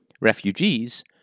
refugees